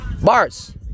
bars